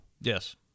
Yes